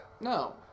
No